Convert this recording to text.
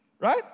right